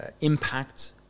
impact